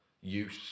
use